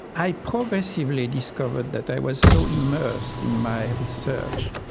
i progressively discovered that i was so immersed in my research,